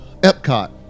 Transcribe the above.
Epcot